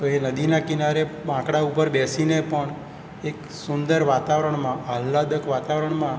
તો એ નદીના કિનારે બાંકડા ઉપર બેસીને પણ એક સુંદર વાતાવરણમાં આહ્લાદક વાતાવરણમાં